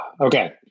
Okay